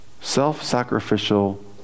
self-sacrificial